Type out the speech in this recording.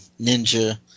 ninja